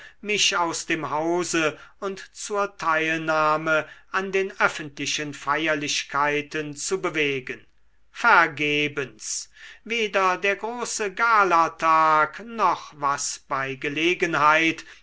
mich aus dem hause und zur teilnahme an den öffentlichen feierlichkeiten zu bewegen vergebens weder der große galatag noch was bei gelegenheit